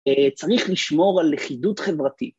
‫צריך לשמור על לכדות חברתית.